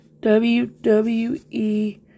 WWE